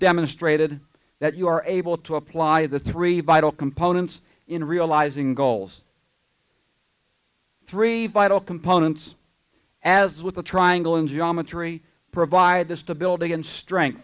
demonstrated that you are able to apply the three vital components in realizing goals three vital components as with the triangle in geometry provide the stability and strength